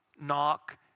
Knock